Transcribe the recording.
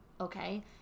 Okay